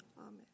amen